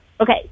Okay